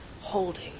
holding